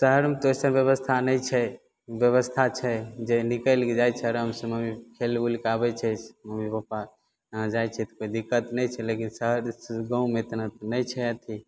शहरमे तऽ ओ सब व्यवस्था नहि छै व्यवस्था छै जे निकलि जाइ छै आरामसँ मम्मी खेल उइलके आबय छै मम्मी पप्पा आओर जाइ छै तऽ कोइ दिक्कत नहि छै लेकिन शहर गाँवमे इतना नहि छै अथी